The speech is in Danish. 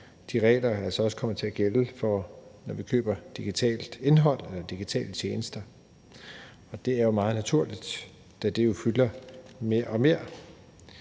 også kommer til at gælde, når vi køber digitalt indhold eller digitale tjenester, og det er jo meget naturligt, da det fylder mere og mere.